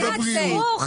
תעצרו.